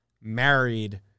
married